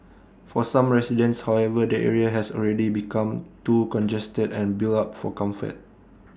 for some residents however the area has already become too congested and built up for comfort